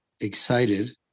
excited